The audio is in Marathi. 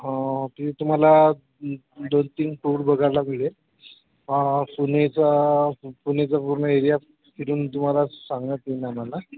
हां ते तुम्हाला दोन तीन टूर बघायला मिळेल पुणेचं पुणेचं पूर्ण एरिया फिरून तुम्हाला सांगण्यात येईल आम्हाला